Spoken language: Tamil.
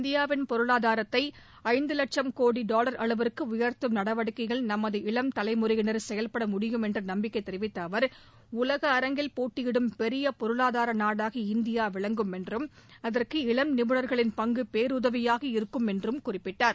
இந்தியாவின் பொருளாதாரத்தை ஐந்து வட்சம் கோடி டாவர் அளவுக்கு உயர்த்தும் நடவடிக்கையில் நமது இளம் தலைமுறையினர் செயல்பட முடியும் என்று நம்பிக்கை தெரிவித்த அவர் உலக அரங்கில் போட்டியிடும் பெரிய பொருளாதார நாடாக இந்தியா விளங்கும் என்றும் அதற்கு இளம் நிபுணர்களின் பங்கு பேருதவியாக இருக்கும் என்றும் பிரதமர் கூறினார்